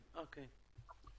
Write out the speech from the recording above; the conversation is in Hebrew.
אוקיי.